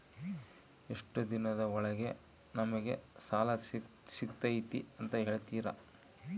ಎಷ್ಟು ದಿನದ ಒಳಗೆ ನಮಗೆ ಸಾಲ ಸಿಗ್ತೈತೆ ಅಂತ ಹೇಳ್ತೇರಾ?